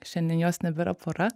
šiandien jos nebėra pora